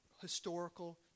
historical